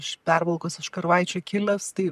iš pervalkos iš karvaičių kilęs tai